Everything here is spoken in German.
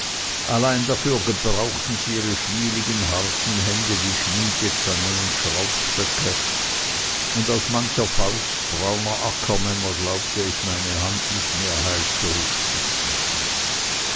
allein dafür gebrauchten sie ihre schwieligen harten hände wie schmiedezangen und schraubstöcke und aus mancher faust brauner ackermänner glaubte ich meine hand nicht mehr heil zurückzuziehen